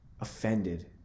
offended